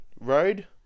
road